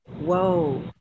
whoa